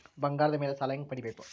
ಬಂಗಾರದ ಮೇಲೆ ಸಾಲ ಹೆಂಗ ಪಡಿಬೇಕು?